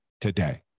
today